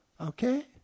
okay